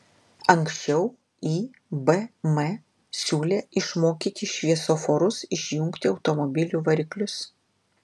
ankščiau ibm siūlė išmokyti šviesoforus išjungti automobilių variklius